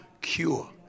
cure